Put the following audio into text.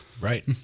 Right